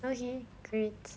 okay great